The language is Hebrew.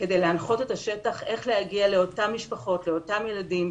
כדי להנחות את השטח איך להגיע לאותן משפחות ולאותם ילדים,